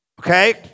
Okay